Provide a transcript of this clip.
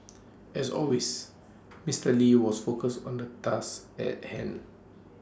as always Mister lee was focused on the task at hand